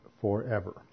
forever